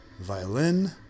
violin